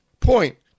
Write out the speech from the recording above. point